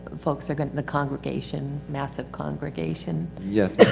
folks are going, the congregation, massive congregation yeah